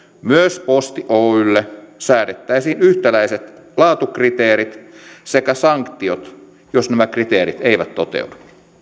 myös posti oyjlle säädettäisiin yhtäläiset laatukriteerit sekä sanktiot jos nämä kriteerit eivät toteudu